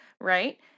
right